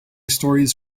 stories